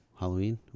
Halloween